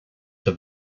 have